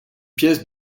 pièce